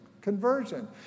conversion